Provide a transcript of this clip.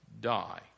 die